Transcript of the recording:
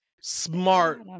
smart